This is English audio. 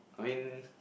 I mean